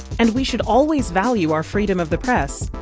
and we should always value our freedom of the press.